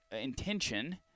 intention –